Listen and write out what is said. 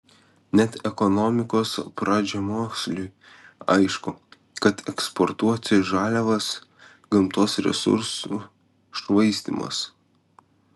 net ekonomikos pradžiamoksliui aišku kad eksportuoti žaliavas gamtos resursų švaistymas